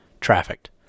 trafficked